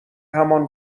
همان